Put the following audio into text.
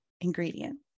ingredient